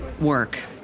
work